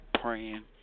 Praying